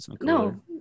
No